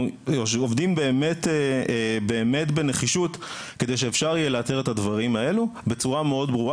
עובדים בנחישות כדי שאפשר לאתר את הדברים האלה בצורה מאוד ברורה,